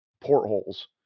portholes